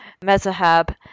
Mezahab